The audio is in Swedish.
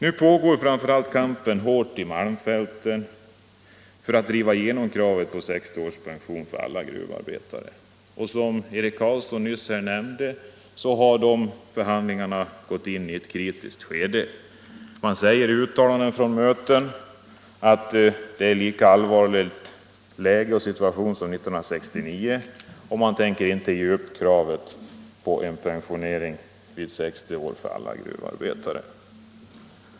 Nu pågår kampen hårt framför allt i Malmfälten för att driva igenom 60 års pensionsålder för alla gruvarbetare. Som Eric Carlsson nyss nämnde har dessa förhandlingar gått in i ett kritiskt skede. Man säger i uttalanden från möten att läget nu är lika allvarligt som 1969 och att man inte tänker ge upp kravet på en pensionering vid 60 års ålder för alla gruvarbetare.